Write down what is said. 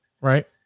right